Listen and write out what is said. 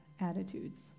attitudes